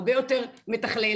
הרבה יותר מתכלל,